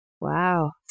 Wow